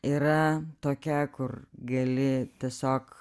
yra tokia kur gali tiesiog